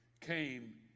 came